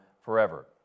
forever